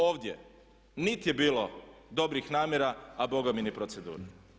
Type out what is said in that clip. Ovdje niti je bilo dobrih namjera a bogami ni procedure.